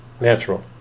natural